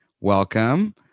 welcome